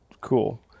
Cool